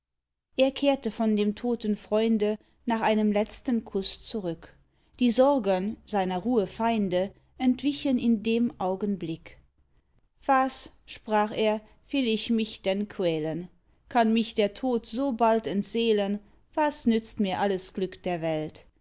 er kehrte von dem toten freunde nach einem letzten kuß zurück die sorgen seiner ruhe feinde entwichen in dem augenblick was sprach er will ich mich denn quälen kann mich der tod so bald entseelen was nützt mir alles glück der welt